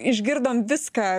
išgirdom viską